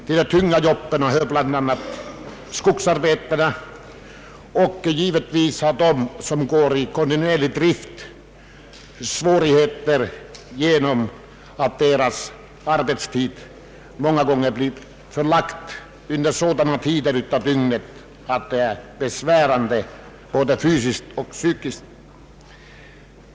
Till de tunga jobben hör bl.a. skogsarbete och naturligtvis arbete i kontinuerlig drift, där arbetarna får svårigheter genom att deras arbetstid många gånger är förlagd till sådana tider av dygnet, att det blir besvärande både fysiskt och psykiskt.